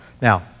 Now